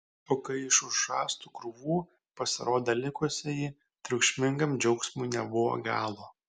o kai iš už rąstų krūvų pasirodė likusieji triukšmingam džiaugsmui nebuvo galo